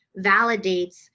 validates